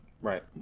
right